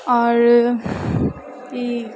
आओर ई